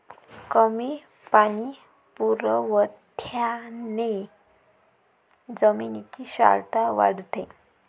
कमी पाणी पुरवठ्याने जमिनीची क्षारता वाढते